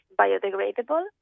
biodegradable